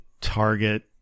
target